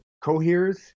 coheres